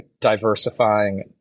diversifying